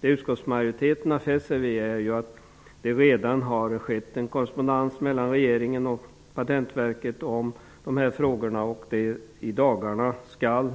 Det utskottsmajoriteten har fäst sig vid är att det redan har skett en korrespondens mellan regeringen och Patentverket om dessa frågor. I dagarna skall